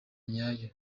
nyayo